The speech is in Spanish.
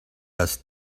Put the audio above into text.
las